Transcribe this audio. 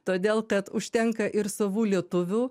todėl kad užtenka ir savų lietuvių